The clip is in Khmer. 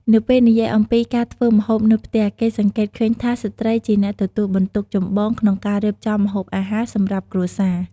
នៅពេលនិយាយអំពីការធ្វើម្ហូបនៅផ្ទះ គេសង្កេតឃើញថា ស្ត្រីជាអ្នកទទួលបន្ទុកចម្បងក្នុងការរៀបចំម្ហូបអាហារ សម្រាប់គ្រួសារ។